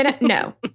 no